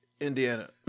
Indiana